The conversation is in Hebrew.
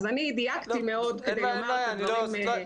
אז אני דייקתי מאוד כדי לומר את הדברים.